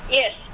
yes